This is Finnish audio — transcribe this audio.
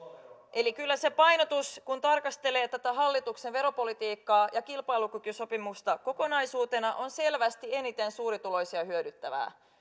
eli kyllä se painotus kun tarkastelee tätä hallituksen veropolitiikkaa ja kilpailukykysopimusta kokonaisuutena on selvästi eniten suurituloisia hyödyttävää